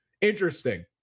Interesting